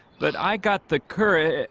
but i got the current